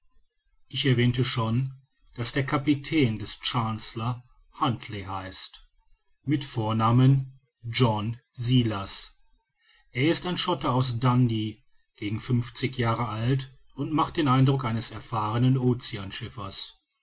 ich erwähnte schon daß der kapitän des chancellor huntly heißt mit vornamen john silas er ist ein schotte aus dundee gegen fünfzig jahre alt und macht den eindruck eines erfahrenen